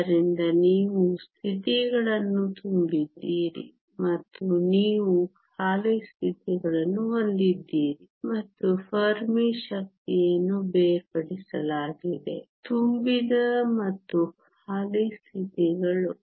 ಆದ್ದರಿಂದ ನೀವು ಸ್ಥಿತಿಗಳನ್ನು ತುಂಬಿದ್ದೀರಿ ಮತ್ತು ನೀವು ಖಾಲಿ ಸ್ಥಿತಿಗಳನ್ನು ಹೊಂದಿದ್ದೀರಿ ಮತ್ತು ಫೆರ್ಮಿ ಶಕ್ತಿಯನ್ನು ಬೇರ್ಪಡಿಸಲಾಗಿದೆ ತುಂಬಿದ ಮತ್ತು ಖಾಲಿ ಸ್ಥಿತಿಗಳು